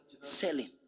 selling